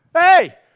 Hey